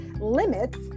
limits